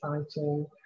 exciting